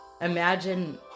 imagine